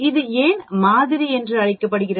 இது ஏன் மாதிரி என்று அழைக்கப்படுகிறது